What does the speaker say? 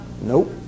Nope